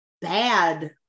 bad